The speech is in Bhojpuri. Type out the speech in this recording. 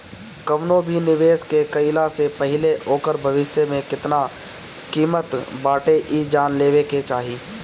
कवनो भी निवेश के कईला से पहिले ओकर भविष्य में केतना किमत बाटे इ जान लेवे के चाही